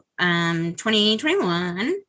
2021